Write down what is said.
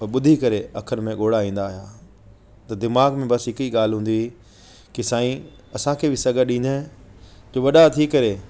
ॿुधी करे अखिनि में ॻोढ़ा ईंदा हा त दीमाग़ु में बसि हिकु ई ॻाल्हि हूंदी हुई की साईं असांखे बि सघु ॾींन जो वॾा थी करे